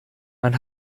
man